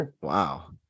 Wow